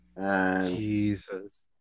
Jesus